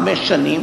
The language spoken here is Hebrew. חמש שנים